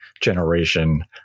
generation